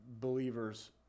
believers